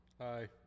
Hi